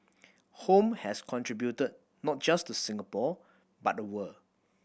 home has contributed not just to Singapore but the world